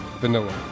vanilla